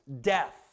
death